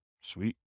Sweet